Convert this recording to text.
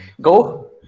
Go